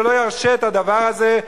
שלא ירשה את הדבר הזה,